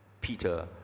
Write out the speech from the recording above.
Peter